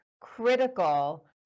critical